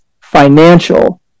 financial